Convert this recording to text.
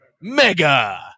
mega